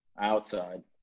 Outside